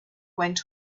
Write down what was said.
went